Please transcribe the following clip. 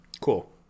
Cool